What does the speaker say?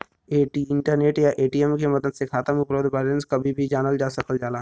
internet या ATM के मदद से खाता में उपलब्ध बैलेंस कभी भी जानल जा सकल जाला